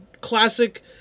classic